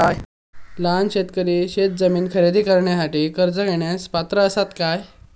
लहान शेतकरी शेतजमीन खरेदी करुच्यासाठी कर्ज घेण्यास पात्र असात काय?